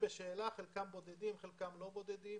חלקם בודדים וחלקם לא בודדים.